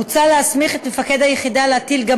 מוצע להסמיך את מפקד היחידה להטיל גם